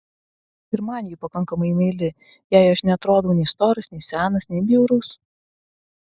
ir man ji pakankamai meili jai aš neatrodau nei storas nei senas nei bjaurus